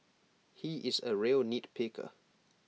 he is A real nitpicker